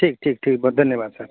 ٹھیک ٹھیک ٹھیک بہت دھنیہ واد سر